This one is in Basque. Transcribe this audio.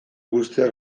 guztia